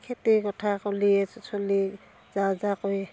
খেতিৰ কথা ক'লিয়ে চলিয়ে যা যা কয়